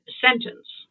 sentence